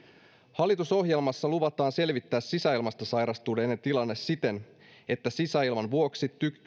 hallitusohjelmassa luvataan selvittää sisäilmasta sairastuneiden tilanne siten että sisäilman vuoksi